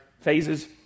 phases